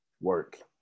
work